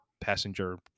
passenger